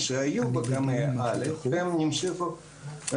אני מנהלת המרכז לקליטה במדע, שזה בעצם